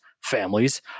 families